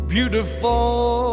Beautiful